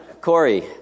Corey